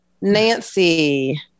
Nancy